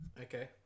Okay